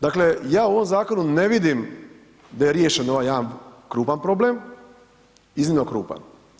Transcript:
Dakle ja u ovom zakonu ne vidim da je riješen ovaj jedan krupan problem, iznimno krupan.